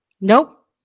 Nope